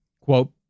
quote